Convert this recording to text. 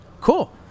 Cool